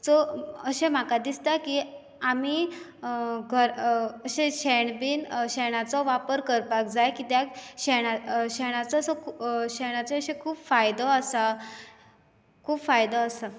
so अशें म्हाका दिसता की आमी घर अशे शेण बीन शेणाचो वापर करपाक जाय कित्याक शेणा शेणाचो असो खूब शेणाचे असो खूब फायदो आसा खूब फायदो आसा